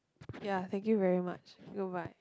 ya thank you very much goodbye